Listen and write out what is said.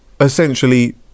essentially